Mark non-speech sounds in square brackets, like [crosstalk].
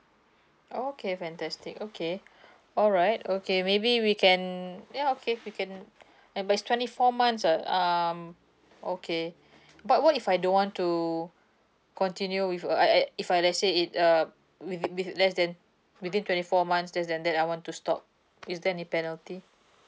oh okay fantastic okay [breath] alright okay maybe we can ya okay we can and but is twenty four months uh um okay [breath] but what if I don't want to continue with a I I if I let's say it uh within with less than within twenty four months less than that I want to stop is there any penalty